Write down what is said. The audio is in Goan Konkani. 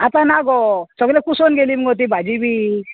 आतां ना गो सगलें कुसोवन गेली मुगो तीं भाजी बी